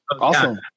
awesome